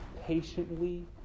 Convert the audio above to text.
patiently